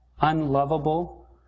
Unlovable